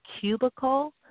cubicle